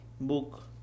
Book